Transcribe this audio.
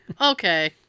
okay